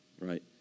right